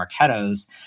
Marketo's